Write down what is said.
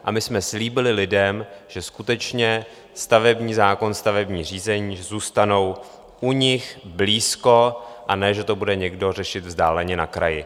A my jsme slíbili lidem, že skutečně stavební zákon, stavební řízení zůstanou u nich blízko, a ne že to bude někdo řešit vzdáleně na kraji.